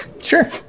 Sure